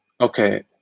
okay